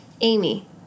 Amy